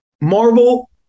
Marvel